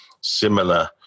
similar